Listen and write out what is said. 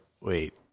wait